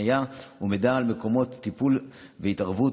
הפניה ומידע על מקומות טיפול והתערבות.